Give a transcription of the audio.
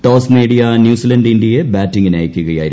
toss നേടിയ New Zealand ഇന്ത്യയെ ബാറ്റിംഗിന് അയക്കുകയായിരുന്നു